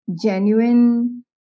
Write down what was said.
genuine